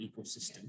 ecosystem